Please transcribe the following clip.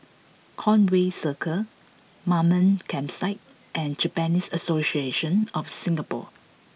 Conway Circle Mamam Campsite and Japanese Association of Singapore